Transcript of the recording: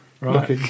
Right